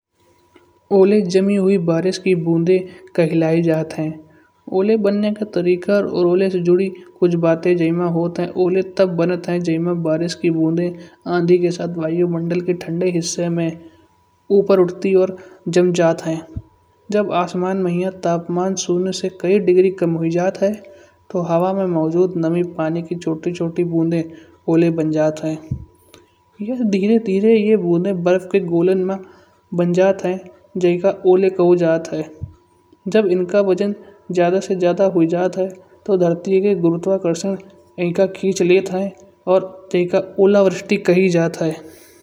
ओले जमी हुई बारिश की बूंदे कहलई जात हईं। ओले बन्ने का तरिका अउर ओले से जुड़ी कुछ बातें जइमा होत हईं। ओले तब बनत जै मा बारिश के बूंदे आँधी के साथ वायुमंडल के ठंडे हिस्सन में ऊपर उठती अउर जमजात हईं। जब आसमान मा यह तापमान शून्य से कई डिग्री कम हो जात ह। तो हवा में मौजूद नमी पानी की छोटे-छोटे बूंदे ओले बन जात हईं। यह धीरे-धीरे ये ओले बर्फ के गोलन बन जाता ह। जै का ओले कल जात हईं। जब इनका वजन ज्यादा से ज्यादा हुई जात हईं तो धरती के गुरुत्वाकर्षण इनका खींच लियत है। अउर जैका ओलावृष्टि कहीं जाती हई।